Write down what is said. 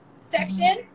section